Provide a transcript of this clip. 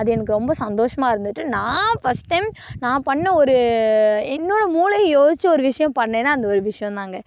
அது எனக்கு ரொம்ப சந்தோஷமாக இருந்திட்டு நான் ஃபஸ்ட் டைம் நான் பண்ண ஒரு என்னோடய மூளையை யோசித்து ஒரு விஷயம் பண்ணேனால் அந்த ஒரு விஷயம் தாங்க